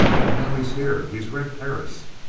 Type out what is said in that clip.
and now he's here. he's red perris!